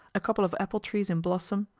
a couple of apple-trees in blossom,